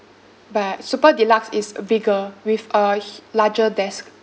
but super deluxe is bigger with a he~ larger desk